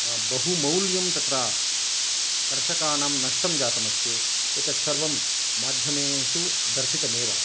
बहु मौल्यं तत्र कर्षकानां नष्टं जातम् अस्ति एतत् सर्वं माध्यमेषु दर्शितमेव